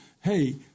hey